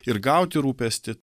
ir gauti rūpestį